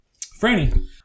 Franny